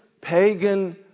pagan